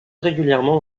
régulièrement